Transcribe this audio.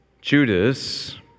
Judas